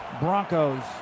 Broncos